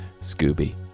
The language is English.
Scooby